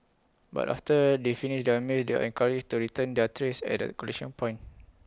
but after they finish their meals they are encouraged to return their trays at A collection point